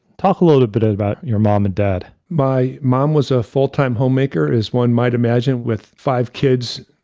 talk a little bit about your mom and dad. my mom was a full-time homemaker as one might imagine with five kids.